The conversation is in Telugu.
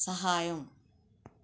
సహాయం